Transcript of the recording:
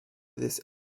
this